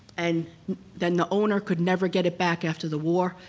and then the owner could never get it back after the war,